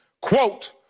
quote